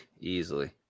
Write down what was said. easily